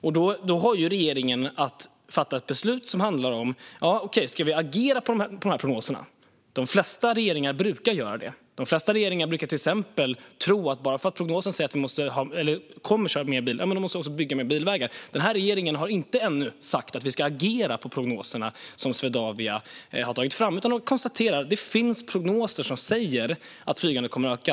Sedan har regeringen att agera på prognoserna och fatta beslut. De flesta regeringar brukar göra det. De flesta regeringar brukar till exempel tro att bara för att prognoser säger att vi kommer att köra mer bil så måste vi också bygga fler bilvägar. Den här regeringen har dock ännu inte sagt att vi ska agera på prognoserna som Swedavia har tagit fram, utan man konstaterar att det finns prognoser som säger att flygandet kommer att öka.